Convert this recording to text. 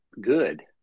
good